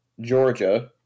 Georgia